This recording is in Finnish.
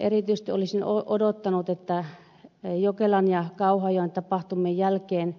erityisesti olisin odottanut että jokelan ja kauhajoen tapahtumien jälkeen